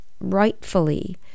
rightfully